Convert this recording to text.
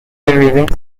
evidencia